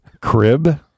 Crib